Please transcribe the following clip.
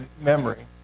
memory